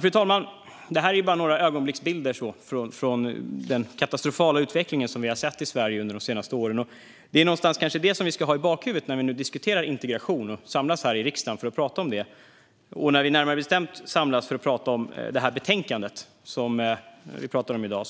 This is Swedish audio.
Fru talman! Det här är bara några ögonblicksbilder av den katastrofala utveckling som vi har sett i Sverige de senaste åren. Det ska vi ha i bakhuvudet när vi nu samlas här i riksdagen för att diskutera integration och närmare bestämt det här betänkandet, som jag visar upp för kammarens ledamöter.